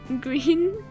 green